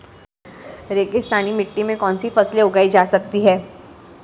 रेगिस्तानी मिट्टी में कौनसी फसलें उगाई जा सकती हैं?